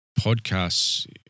podcasts